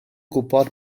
gwybod